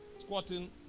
squatting